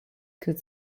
could